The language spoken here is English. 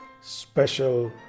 special